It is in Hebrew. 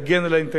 אין לנו אשליות